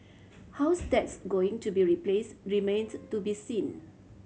how that's going to be replaced remains to be seen